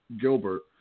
Gilbert